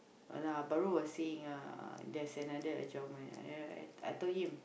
but uh Bau was saying ah there's another at your mind I told him